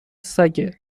سگه